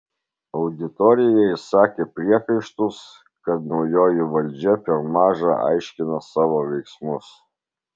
auditorija išsakė priekaištus kad naujoji valdžia per maža aiškina savo veiksmus